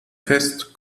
fest